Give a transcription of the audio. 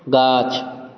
गाछ